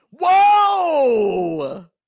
Whoa